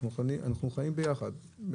כי אנחנו חיים ביחד.